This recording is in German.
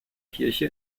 kirche